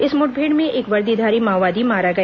इस मुठभेड़ में एक वर्दीधारी माओवादी मारा गया